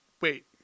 wait